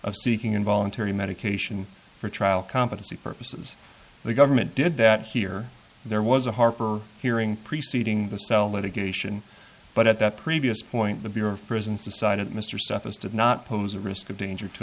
of seeking involuntary medication for trial competency purposes the government did that here there was a harper hearing preceding the cell litigation but at that previous point the bureau of prisons decided mr cephus did not pose a risk of danger to